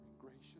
gracious